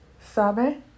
Sabe